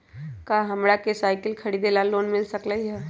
का हमरा के साईकिल खरीदे ला लोन मिल सकलई ह?